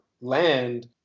land